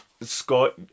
Scott